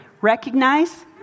recognize